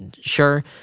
sure